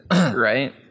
right